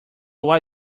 why